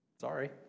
Sorry